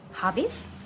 Hobbies